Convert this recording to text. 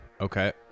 Okay